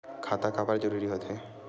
खाता काबर जरूरी हो थे?